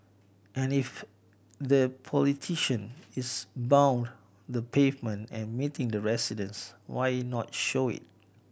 and if the politician is pound the pavement and meeting the residents why not show it